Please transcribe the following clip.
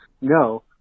no